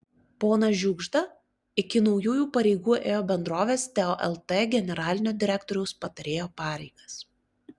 ponas žiugžda iki naujųjų pareigų ėjo bendrovės teo lt generalinio direktoriaus patarėjo pareigas